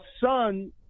son